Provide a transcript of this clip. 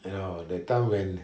you know that time when